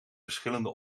verschillende